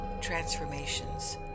transformations